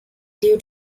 due